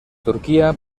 turquía